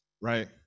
right